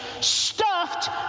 stuffed